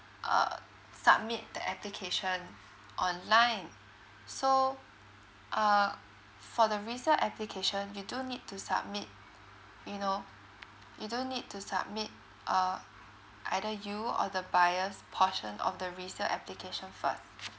uh submit the application online so uh for the resale application you do need to submit you know you do need to submit uh either you or the buyer's portion of the resale application first